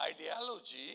ideology